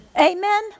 Amen